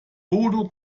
bodo